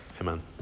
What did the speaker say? Amen